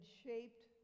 shaped